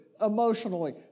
emotionally